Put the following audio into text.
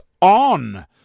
on